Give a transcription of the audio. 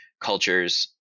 cultures